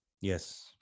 Yes